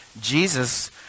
Jesus